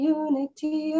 unity